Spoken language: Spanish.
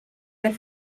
del